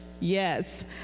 Yes